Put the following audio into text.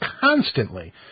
constantly